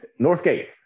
Northgate